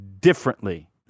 differently